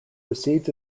precedes